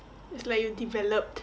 it's like you developed